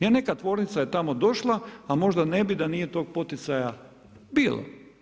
Jer neka tvornica je tamo došla, a možda ne bi da nije tog poticaja bilo.